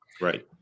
Right